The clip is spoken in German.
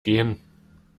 gehen